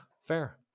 Fair